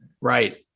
Right